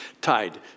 tied